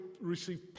receive